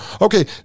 okay